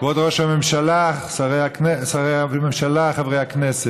כבוד ראש הממשלה, שרי הממשלה, חברי הכנסת,